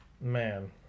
Man